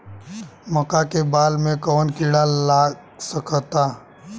मका के बाल में कवन किड़ा लाग सकता?